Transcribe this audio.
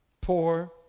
poor